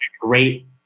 great